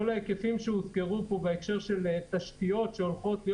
כל ההיקפים שהוזכרו פה בהקשר של תשתיות שהולכות להיות